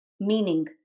meaning